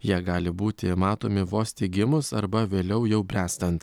jie gali būti matomi vos tik gimus arba vėliau jau bręstant